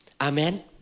Amen